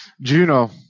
Juno